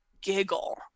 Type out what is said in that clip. giggle